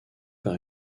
par